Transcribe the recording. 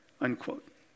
unquote